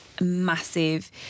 massive